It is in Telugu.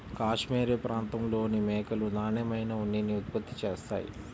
కాష్మెరె ప్రాంతంలోని మేకలు నాణ్యమైన ఉన్నిని ఉత్పత్తి చేస్తాయి